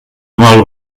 mal